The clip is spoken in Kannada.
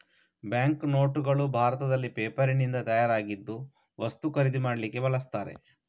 ಬ್ಯಾಂಕು ನೋಟುಗಳು ಭಾರತದಲ್ಲಿ ಪೇಪರಿನಿಂದ ತಯಾರಾಗಿದ್ದು ವಸ್ತು ಖರೀದಿ ಮಾಡ್ಲಿಕ್ಕೆ ಬಳಸ್ತಾರೆ